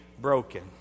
broken